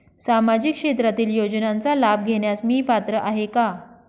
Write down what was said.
सामाजिक क्षेत्रातील योजनांचा लाभ घेण्यास मी पात्र आहे का?